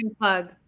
plug